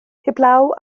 heblaw